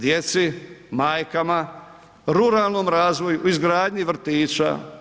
Djeci, majkama, ruralnom razvoju, izgradnji vrtića.